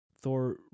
Thor